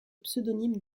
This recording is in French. pseudonyme